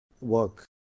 work